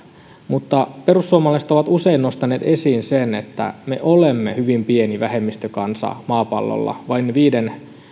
mutta perussuomalaiset ovat usein nostaneet esiin sen että me olemme hyvin pieni vähemmistökansa maapallolla vain viiden